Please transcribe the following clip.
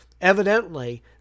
Evidently